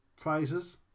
prizes